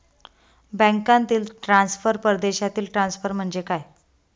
बँकांतील ट्रान्सफर, परदेशातील ट्रान्सफर म्हणजे काय?